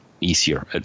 easier